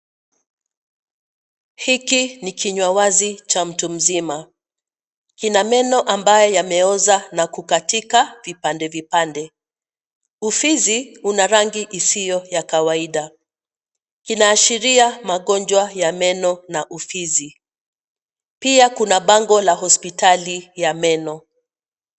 Hiki ni kinywa wazi cha mtu mzima, kina meno ambayo yameoza na kukatika vipande vipande. Ufizi una rangi isiyo ya kawaida, kinaashiria magonjwa ya meno na ufizi. Pia kuna bango la hospitali ya meno.